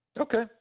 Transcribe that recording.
Okay